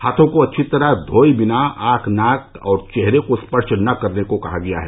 हाथों को अच्छी तरह धोए बिना आंख नाक और चेहरे का स्पर्श न करने को कहा गया है